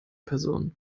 person